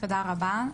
תודה רבה,